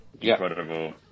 Incredible